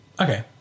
Okay